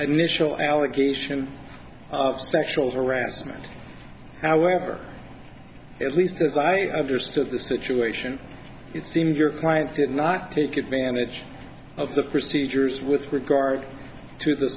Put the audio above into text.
initial allegation of sexual harassment however at least as i understood the situation it seems your client did not take advantage of the procedures with regard to the